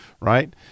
right